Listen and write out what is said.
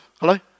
Hello